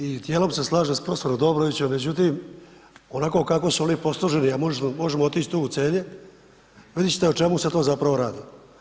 I djelom se slažem s prof. Dobrovićem međutim onako kako su oni posloženi a možemo otići tu u Celje, vidit ćete o čemu se tu zapravo radi.